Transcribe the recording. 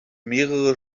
mehrere